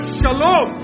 shalom